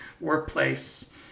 workplace